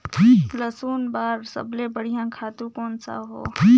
लसुन बार सबले बढ़िया खातु कोन सा हो?